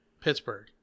Pittsburgh